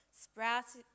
Sprouts